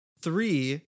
three